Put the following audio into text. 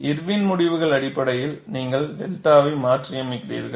Irwin முடிவின் அடிப்படையில் நீங்கள் 𝛅 வை மாற்றியமைக்கிறீர்கள்